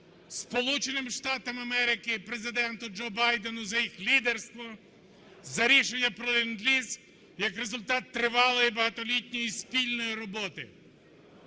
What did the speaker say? Сполученим Штатам Америки, Президенту Джо Байдену, за їх лідерство, за рішення про ленд-ліз як результат тривалої, багатолітньої спільної роботи.